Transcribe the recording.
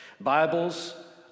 Bibles